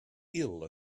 ill